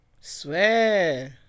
Swear